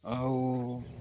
ଆଉ